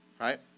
Right